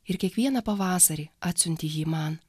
ir kiekvieną pavasarį atsiunti jį man